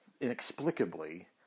inexplicably